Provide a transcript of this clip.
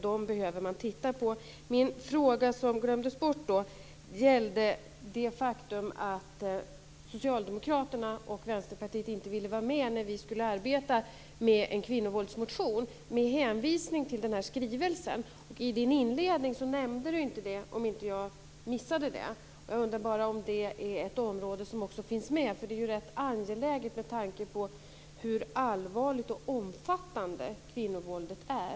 Dem behöver man titta på. Min fråga gällde det faktum att Socialdemokraterna och Vänsterpartiet inte ville vara med när vi skulle arbeta med en kvinnovåldsmotion med hänvisning till den här skrivelsen. I sin inledning nämnde inte ministern det, om jag inte missade det. Jag undrar bara om det är ett område som finns med, för det är rätt angeläget med tanke på hur allvarligt och omfattande kvinnovåldet är.